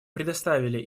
предоставили